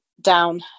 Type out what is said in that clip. down